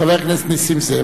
חבר הכנסת נסים זאב.